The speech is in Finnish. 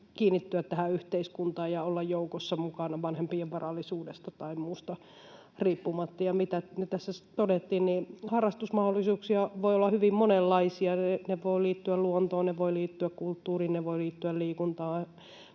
kiinnittyä tähän yhteiskuntaan ja olla joukossa mukana vanhempien varallisuudesta tai muusta riippumatta. Ja kuten tässä todettiin, harrastusmahdollisuuksia voi olla hyvin monenlaisia, ne voivat liittyä luontoon, ne voivat liittyä